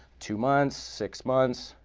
two months, six months,